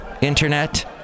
internet